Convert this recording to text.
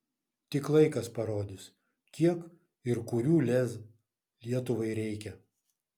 tik laikas parodys kiek ir kurių lez lietuvai reikia